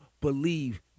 believe